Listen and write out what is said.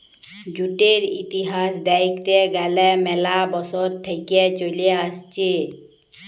জুটের ইতিহাস দ্যাখতে গ্যালে ম্যালা বসর থেক্যে চলে আসছে